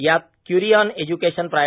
यात Curie on education प्रा